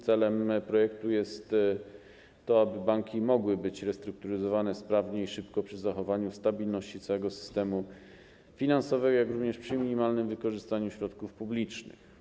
Celem projektu jest, aby banki mogły być restrukturyzowane sprawnie i szybko przy zachowaniu stabilności całego systemu finansowego, jak również przy minimalnym wykorzystaniu środków publicznych.